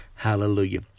Hallelujah